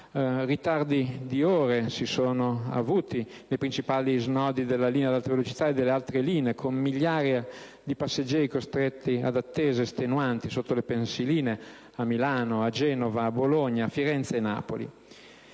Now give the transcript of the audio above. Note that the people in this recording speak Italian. Ritardi di ore si sono avuti nei principali snodi della linea ad alta velocità e delle altre linee, con migliaia di passeggeri costretti ad attese estenuanti sotto le pensiline, a Milano, Genova, Bologna, Firenze e Napoli.